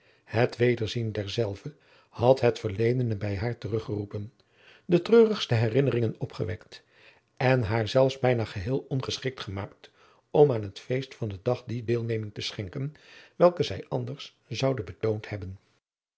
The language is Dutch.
het wederzien derzelve had het verledene bij haar teruggeroepen de treurigste herinneringen opgewekt en haar zelfs bijna geheel ongeschikt gemaakt om aan het feest van den dag die deelneming te schenken welke zij anders zoude betoond hebben